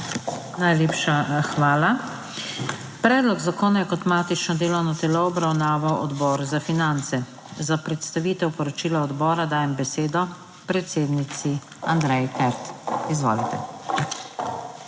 Najlepša hvala. Predlog zakona je kot matično delovno telo obravnaval Odbor za finance. Za predstavitev poročila odbora dajem besedo predsednici Andreji Kert. Izvolite.